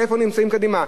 ואיפה נמצאים קדימה.